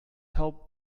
hoped